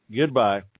goodbye